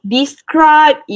describe